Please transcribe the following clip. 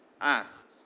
ask